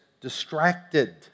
distracted